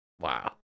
Wow